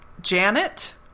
Janet